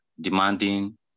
demanding